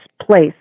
place